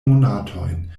monatojn